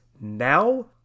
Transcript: Now